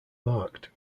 marked